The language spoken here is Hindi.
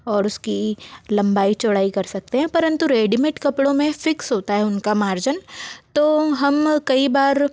और उसकी लंबाई चौड़ाई कर सकते हैं परंतु रेडीमेट कपड़ों में फिक्स होता है उनका मार्जन तो हम कई बार